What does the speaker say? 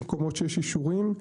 יש מקומות שיש אישורים.